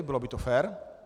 Bylo by to fér.